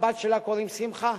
לבת שלה קוראים שמחה.